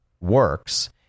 works